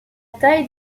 taille